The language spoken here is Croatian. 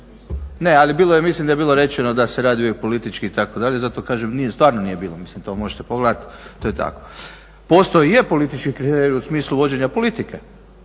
Ne, ali bilo je, mislim da je bilo rečeno da se radi uvijek politički itd. Zato kažem, nije, stvarno nije bilo. Mislim to možete pogledati, to je tako. Postojao je politički kriterij u smislu vođenja politike.